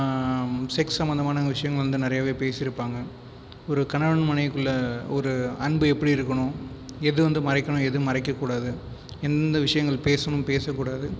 sex சம்பந்தமான விஷயங்கள் வந்து நிறையவே பேசி இருப்பாங்க ஒரு கணவன் மனைவிக்குள்ளே ஒரு அன்பு எப்படி இருக்கணும் எது வந்து மறைக்கணும் எது மறைக்கக்கூடாது எந்த விஷயங்கள் பேசணும் பேசக்கூடாது